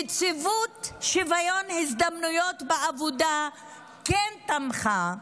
נציבות שוויון הזדמנויות בעבודה תמכה,